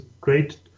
great